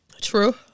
True